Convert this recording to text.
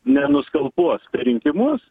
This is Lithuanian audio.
nenuskalpuos per rinkimus